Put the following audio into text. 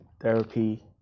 therapy